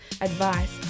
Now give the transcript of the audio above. advice